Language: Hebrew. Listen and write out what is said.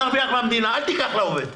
תרוויח מהמדינה, אל תיקח לעובד,